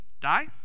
die